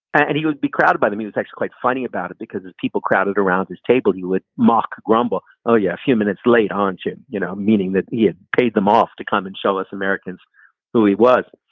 and he would be crowded by the music's quite funny about it because people crowded around his table. you would mock grumble. oh, yeah, a few minutes late haunch you know meaning that he ah paid them off to come and show us americans who he was.